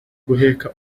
guheka